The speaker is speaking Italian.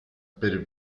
per